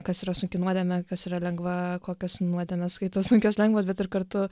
kas yra sunki nuodemė kas yra lengva kokios nuodėmės skaitos sunkios lengvos ir kartu